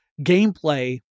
gameplay